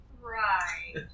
Right